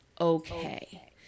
okay